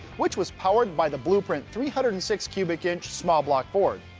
which was powered by the blueprint three hundred and six cubic inches small block ford.